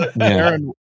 Aaron